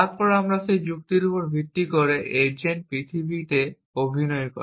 তারপর সেই যুক্তির উপর ভিত্তি করে এজেন্ট পৃথিবীতে অভিনয় করে